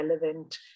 relevant